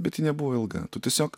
bet ji nebuvo ilga tu tiesiog